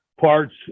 parts